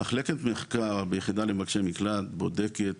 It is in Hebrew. מחלקת מחקר, ביחידה למבקשי מקלט, בודקת